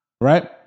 right